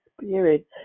Spirit